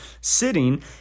sitting